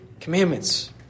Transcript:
commandments